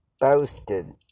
boasted